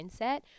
mindset